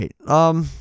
right